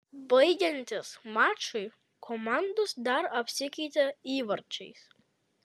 baigiantis mačui komandos dar apsikeitė įvarčiais